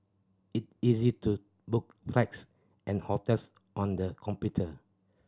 it easy to book flights and hotels on the computer